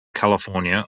california